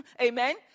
Amen